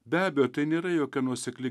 be abejo tai nėra jokia nuosekli